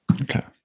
Okay